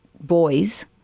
boys